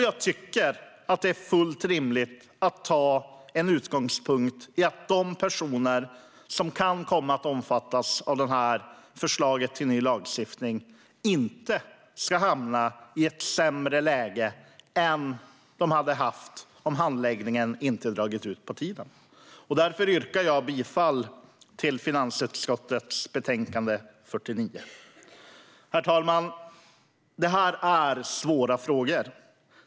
Jag tycker att det är fullt rimligt att ha som utgångspunkt att de personer som kan komma att omfattas av det här förslaget till ny lagstiftning inte ska hamna i ett sämre läge än de hade varit i om handläggningen inte hade dragit ut på tiden. Därför yrkar jag bifall till finansutskottets förslag i betänkande 49. Herr talman! Det här är svåra frågor.